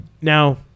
Now